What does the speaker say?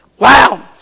Wow